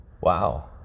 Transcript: Wow